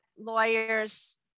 lawyers